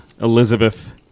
Elizabeth